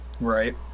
Right